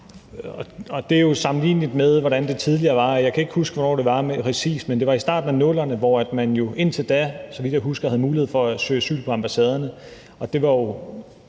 Det er jo sammenligneligt med, hvordan det tidligere var. Jeg kan ikke huske, hvornår det præcis var, men det var i starten af 00'erne, hvor man indtil da, så vidt jeg husker, havde mulighed for at søge asyl på ambassaderne,